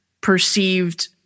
perceived